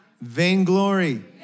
Vainglory